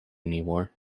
anymore